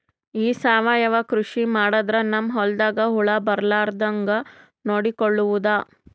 ಈ ಸಾವಯವ ಕೃಷಿ ಮಾಡದ್ರ ನಮ್ ಹೊಲ್ದಾಗ ಹುಳ ಬರಲಾರದ ಹಂಗ್ ನೋಡಿಕೊಳ್ಳುವುದ?